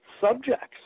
subjects